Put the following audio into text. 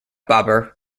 babur